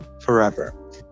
Forever